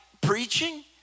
preaching